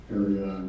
area